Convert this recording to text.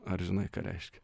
ar žinai ką reiškia